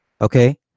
okay